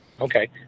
Okay